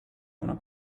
una